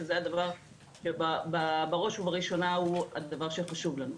שזה בראש ובראשונה הדבר שחשוב לנו.